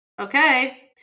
okay